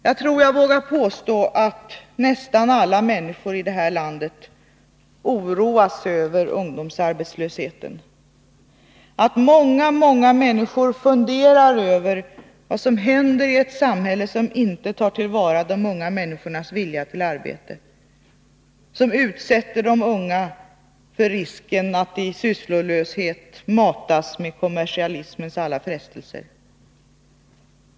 Jagtror jag vågar påstå att nästan alla människor i det här landet oroas över ungdomsarbetslösheten, att många människor funderar över vad som händer iett samhälle som inte tar till vara de unga människornas vilja till arbete, som utsätter de unga för risken att i sysslolöshet matas med kommersialismens alla frestelser.